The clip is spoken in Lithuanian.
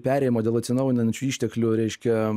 perėjimo dėl atsinaujinančių išteklių reiškia